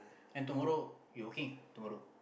and tomorrow you working ah tomorrow